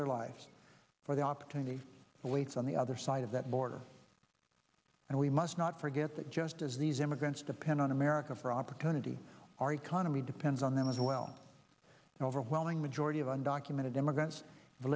their lives for the opportunity the weights on the other side of that border and we must not forget that just as these immigrants depend on america for opportunity our economy depends on them as well an overwhelming majority of undocumented immigrants